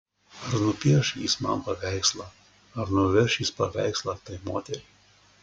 ar nupieš jis man paveikslą ar nuveš jis paveikslą tai moteriai